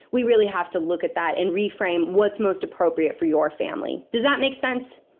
we really have to look at that and reframe what's most appropriate for your family. does that make sense?